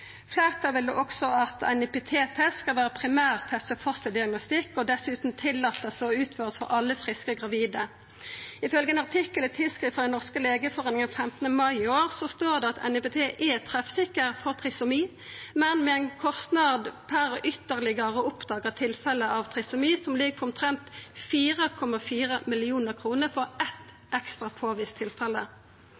vil òg at ein NIPT-test skal vera primærtest ved fosterdiagnostikk, og dessutan at ein tillèt å utføra han for alle friske gravide. I ein artikkel i Tidskrift for Den norske legeforening 15. mai i år står det at NIPT er treffsikker for trisomi, men med ein kostnad per ytterlegare oppdaga tilfelle av trisomi som ligg på omtrent 4,4 mill. kr for eitt